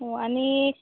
हो आणि